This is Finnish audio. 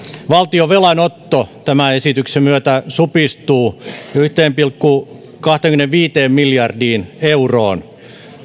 valtion velanotto tämän esityksen myötä supistuu yhteen pilkku kahteenkymmeneenviiteen miljardiin euroon